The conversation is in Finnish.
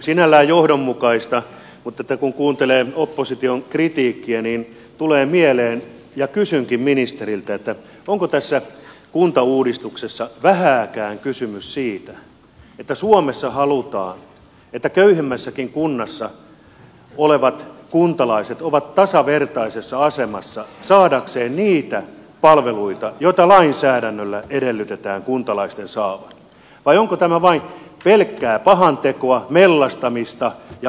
sinällään johdonmukaista mutta kun kuuntelee opposition kritiikkiä niin tulee mieleen ja kysynkin ministeriltä onko tässä kuntauudistuksessa vähääkään kysymys siitä että suomessa halutaan että köyhimmässäkin kunnassa olevat kuntalaiset ovat tasavertaisessa asemassa saadakseen niitä palveluita joita lainsäädännöllä edellytetään kuntalaisten saavan vai onko tämä vain pelkkää pahantekoa mellastamista ja osoittelua